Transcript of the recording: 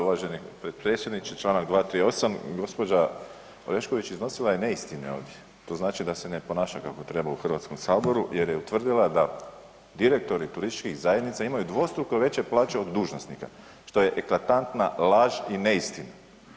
Uvaženi predsjedniče, čl. 238. gospođa Orešković iznosila je neistine ovdje, to znači da se ne ponaša kako treba u HS-u jer je utvrdila da direktori turističkih zajednica imaju dvostruko veće plaće od dužnosnika što je eklatantna laž i neistina.